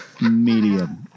medium